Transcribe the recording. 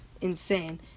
insane